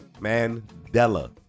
Mandela